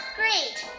great